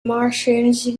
martians